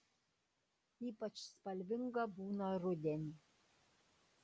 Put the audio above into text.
ypač spalvinga būna rudenį